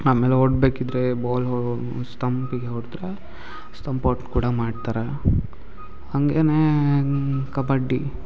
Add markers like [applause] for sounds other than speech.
ಆಮೇಲೆ ಓಡಬೇಕಿದ್ರೆ ಬಾಲ್ [unintelligible] ಸ್ತಮ್ಪಿಗೆ ಹೊಡೆದ್ರೆ ಸ್ತಮ್ಪ್ ಔಟ್ ಕೂಡ ಮಾಡ್ತಾರೆ ಹಾಗೆನೇ ಕಬಡ್ಡಿ